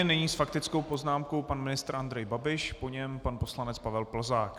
Nyní s faktickou poznámkou pan ministr Andrej Babiš, po něm pan poslanec Pavel Plzák.